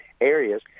areas